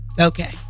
Okay